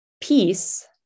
peace